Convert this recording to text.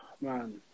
Man